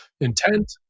intent